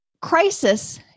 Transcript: Crisis